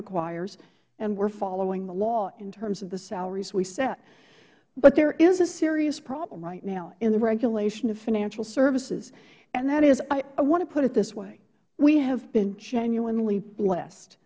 requires and we're following the law in terms of the salaries we set but there is a serious problem right now in the regulation of financial services and that ish i want to put it this way we have been genuinely